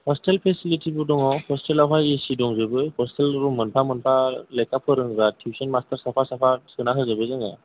hostel फेसिलिटिबो दङ' हस्टेलावहाय ए सि दंजोबो हस्टेल रुम मोनफा मोनफा लेखा फोरोंग्रा टिउसन मास्टार साफा साफा सोना होजोबो जोङो